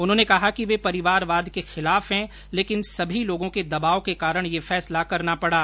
उन्होंने कहा कि वे परिवारवाद के खिलाफ है लेकिन सभी लोगों के दबाव के कारण यह फैसला करना पड़ा